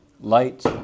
light